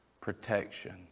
protection